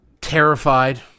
terrified